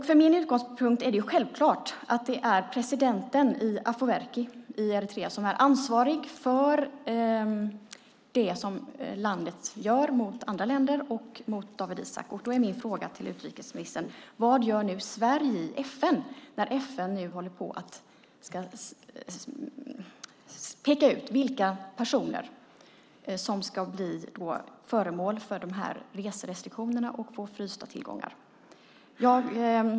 Från min utgångspunkt är det självklart att det är presidenten Afwerki i Eritrea som är ansvarig för det som landet gör mot andra länder och mot Dawit Isaak. Då är min fråga till utrikesministern: Vad gör nu Sverige i FN när FN håller på att peka ut vilka personer som ska bli föremål för reserestriktioner och frysta tillgångar?